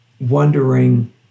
wondering